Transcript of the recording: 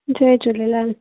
Jay Jhulelal